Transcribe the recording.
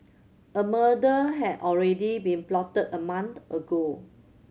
a murder had already been plotted a month ago